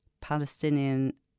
Palestinian